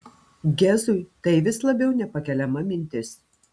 gezui tai vis labiau nepakeliama mintis